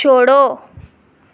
छोड़ो